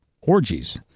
Orgies